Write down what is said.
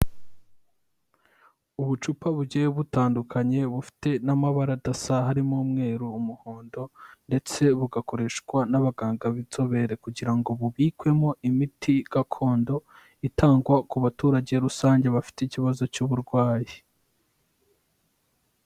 Ubucupa bugiye butandukanye bufite n'amabara adasa harimo umweru, umuhondo ndetse bugakoreshwa n'abaganga b'inzobere kugira ngo bubikwemo imiti gakondo, itangwa ku baturage rusange bafite ikibazo cy'uburwayi.